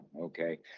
Okay